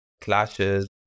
clashes